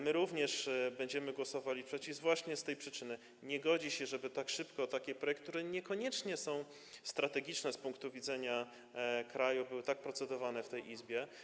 My również będziemy głosowali przeciw właśnie z tej przyczyny: nie godzi się, żeby takie projekty, które niekoniecznie są strategiczne z punktu widzenia kraju, były tak szybko procedowane w tej Izbie.